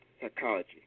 psychology